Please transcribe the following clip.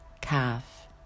calf